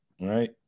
right